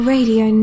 Radio